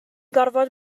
gorfod